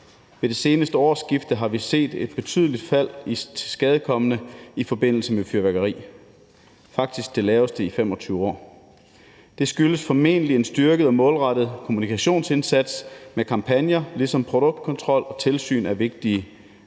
Ved det seneste årsskifte har vi set et betydeligt fald i antallet af tilskadekomne i forbindelse med fyrværkeri, faktisk det laveste i 25 år. Det skyldes formentlig en styrket og målrettet kommunikationsindsats med kampagner, ligesom produktkontrol og tilsyn er vigtigt